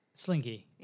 Slinky